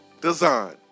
design